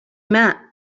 ماء